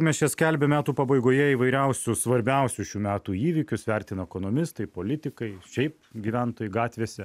mes čia skelbiam metų pabaigoje įvairiausius svarbiausius šių metų įvykius vertina ekonomistai politikai šiaip gyventojai gatvėse